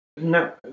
No